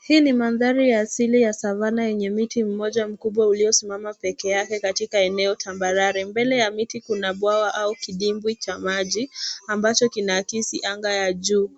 Hii ni mandhari ya asili ya savana yenye mti mmoja mkubwa uliosimama peke yake katika eneo tambarare. Mbele ya mti kuna bwawa au kidibwi cha maji ambacho kinaakisi anga ya juu.